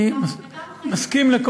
וגם חיילת.